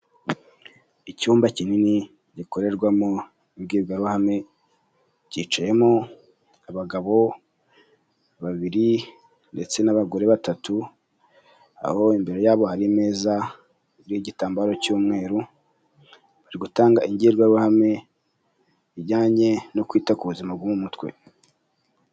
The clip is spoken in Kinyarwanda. Icyumba kinini gikorerwamo imbwirwaruhame, kicayemo abagabo babiri ndetse n'abagore batatu, aho imbere yabo ari meza iriho igitambaro cy'umweru. Bari gutanga ingirwabuhame ijyanye no kwita ku buzima bwo mu mutwe.